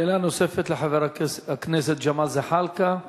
שאלה נוספת לחבר הכנסת ג'מאל זחאלקה.